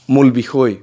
মূল বিষয়